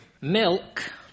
Milk